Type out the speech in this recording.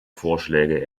vorschläge